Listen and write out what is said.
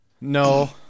No